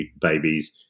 Babies